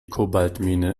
kobaltmine